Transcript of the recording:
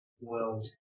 world